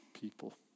people